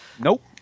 Nope